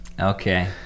Okay